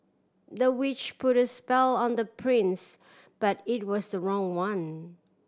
the witch put a spell on the prince but it was the wrong one